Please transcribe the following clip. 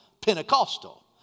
Pentecostal